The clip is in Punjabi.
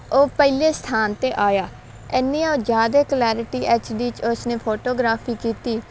ਉਹ ਪਹਿਲੇ ਸਥਾਨ 'ਤੇ ਆਇਆ ਇੰਨੀਆਂ ਜ਼ਿਆਦਾ ਕਲੈਰਿਟੀ ਐਚ ਡੀ ਉਸਨੇ ਫੋਟੋਗ੍ਰਾਫੀ ਕੀਤੀ